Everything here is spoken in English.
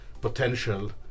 potential